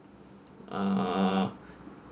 uh